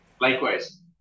Likewise